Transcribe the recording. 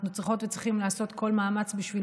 אנחנו צריכות וצריכים לעשות כל מאמץ בשביל